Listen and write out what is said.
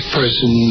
person